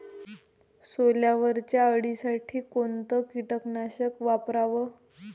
सोल्यावरच्या अळीसाठी कोनतं कीटकनाशक वापराव?